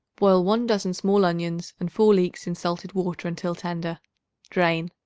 boil one dozen small onions and four leeks in salted water until tender drain.